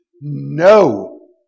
No